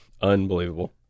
Unbelievable